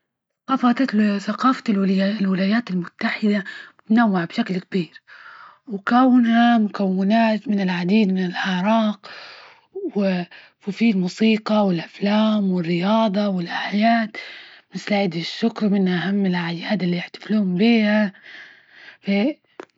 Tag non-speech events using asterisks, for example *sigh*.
ثقافة *unintelligible* ثقافة ، *hesitation* الولايات المتحدة متنوعة بشكل كبير، *noise* وكونها مكونات من العديد من الأعراق و، *hesitation* وفي الموسيقى والأفلام والرياضة والأعياد مثل عيد الشكر من أهم الأعياد اللى يحتفلون بيها. *hesitation*